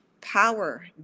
power